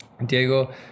Diego